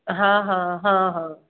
हा हा हा हा